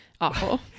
awful